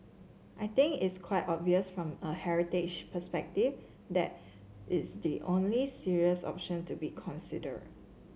I think it's quite obvious from a heritage perspective that is the only serious option to be consider